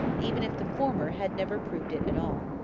even if the former had never proved it at all.